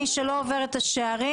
מי שלא עובר את השערים,